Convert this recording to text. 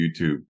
youtube